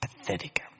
pathetic